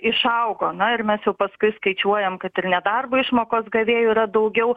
išaugo na ir mes jau paskui skaičiuojam kad ir nedarbo išmokos gavėjų yra daugiau